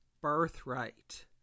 birthright